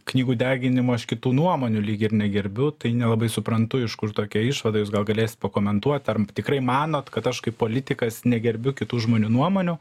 knygų deginimo aš kitų nuomonių lyg ir negerbiu tai nelabai suprantu iš kur tokia išvada jūs gal galėsit pakomentuot ar tikrai manot kad aš kaip politikas negerbiu kitų žmonių nuomonių